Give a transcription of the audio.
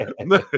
No